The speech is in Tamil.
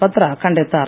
பத்ரா கண்டித்தார்